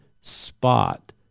spot